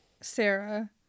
sarah